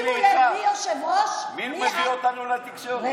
כי מעל הבימות הציבוריות ובתקשורת הנהדרת,